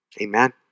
Amen